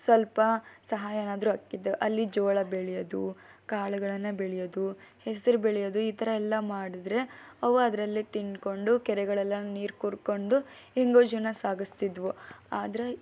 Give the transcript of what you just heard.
ಸ್ವಲ್ಪ ಸಹಾಯನಾದ್ರೂ ಆಗ್ತಿತ್ತು ಅಲ್ಲಿ ಜೋಳ ಬೆಳೆಯೋದು ಕಾಳುಗಳನ್ನು ಬೆಳೆಯೋದು ಹೆಸರು ಬೆಳೆಯೋದು ಈ ಥರ ಎಲ್ಲ ಮಾಡಿದ್ರೆ ಅವು ಅದರಲ್ಲೇ ತಿಂದ್ಕೊಂಡು ಕೆರೆಗಳಲ್ಲೆಲ್ಲ ನೀರು ಕುಡಕೊಂಡು ಹೇಗೋ ಜೀವನ ಸಾಗಿಸ್ತಿದ್ವು ಆದರೆ